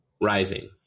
Rising